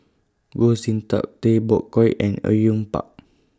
Goh Sin Tub Tay Bak Koi and Au Yue Pak